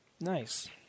Nice